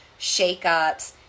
shakeups